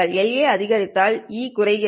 La அதிகரித்தால் e αa குறைகிறது